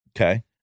Okay